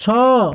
ଛଅ